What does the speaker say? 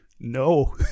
No